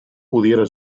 pudiera